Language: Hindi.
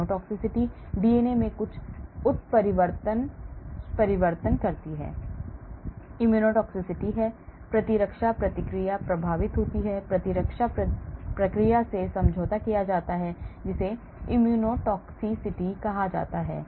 genotoxicity डीएनए में कुछ उत्परिवर्तजन परिवर्तन immunotoxicity है प्रतिरक्षा प्रतिक्रिया प्रभावित होती है प्रतिरक्षा प्रतिक्रिया से समझौता किया जाता है जिसे immunotoxicity कहा जाता है